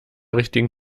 richtigen